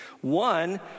One